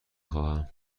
خواهم